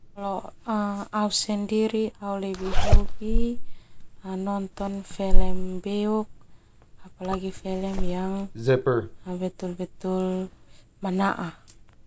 Au sendiri au lebih hobi nonton film beuk apalagi film yang betul-betul manaa.